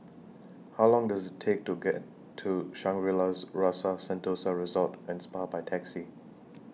How Long Does IT Take to get to Shangri La's Rasa Sentosa Resort and Spa By Taxi